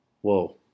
Whoa